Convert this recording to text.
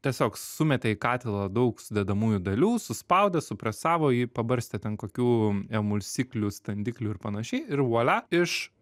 tiesiog sumetė į katilą daug sudedamųjų dalių suspaudė supresavo jį pabarstė ten kokiu emulsikliu standikliu ir panašiai ir vuolia iš